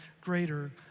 greater